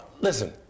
listen